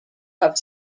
have